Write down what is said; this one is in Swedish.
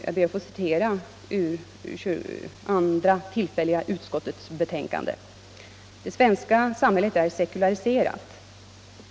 Jag ber att få citera ur andra tillfälliga utskottets betänkande 1975:18: ”Det svenska samhället är sekulariserat.